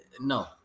No